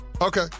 Okay